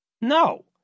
No